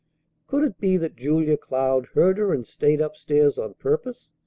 could it be that julia cloud heard her and stayed up-stairs on purpose?